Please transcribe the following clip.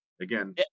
again